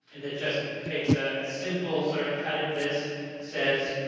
and that just takes a simple sort of cut at this says,